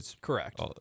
Correct